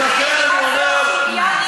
ולכן אני אומר, בחוסר